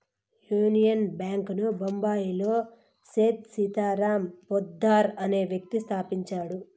union bank ను బొంబాయిలో సేథ్ సీతారాం పోద్దార్ అనే వ్యక్తి స్థాపించాడు